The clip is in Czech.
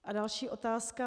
A další otázka.